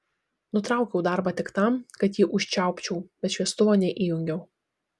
nutraukiau darbą tik tam kad jį užčiaupčiau bet šviestuvo neįjungiau